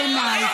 בעיניי.